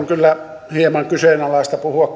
kyllä hieman kyseenalaista puhua